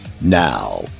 Now